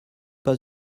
pas